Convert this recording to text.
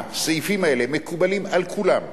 הסעיפים האלה מקובלים על כולם,